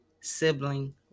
sibling